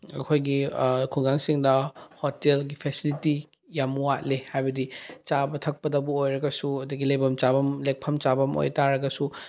ꯑꯩꯈꯣꯏꯒꯤ ꯈꯨꯡꯒꯪꯁꯤꯡꯗ ꯍꯣꯇꯦꯜꯒꯤ ꯐꯦꯁꯤꯂꯤꯇꯤ ꯌꯥꯝ ꯋꯥꯠꯂꯦ ꯍꯥꯏꯕꯗꯤ ꯆꯥꯕ ꯊꯛꯄꯗꯕꯨ ꯑꯣꯏꯔꯒꯁꯨ ꯑꯗꯒꯤ ꯂꯩꯐꯝ ꯆꯥꯕꯝ ꯂꯦꯛꯐꯝ ꯆꯥꯕꯝ ꯑꯣꯏ ꯇꯥꯔꯒꯁꯨ